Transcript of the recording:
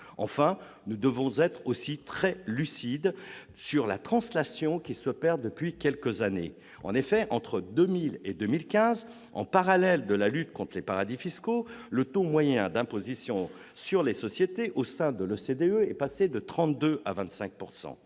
Enfin, nous devons être très lucides sur la translation qui s'opère depuis quelques années : entre 2000 et 2015, parallèlement à la lutte contre les paradis fiscaux, le taux moyen d'imposition sur les sociétés au sein de l'OCDE est passé de 32 % à 25 %.